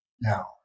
now